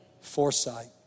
foresight